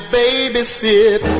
babysit